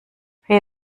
rio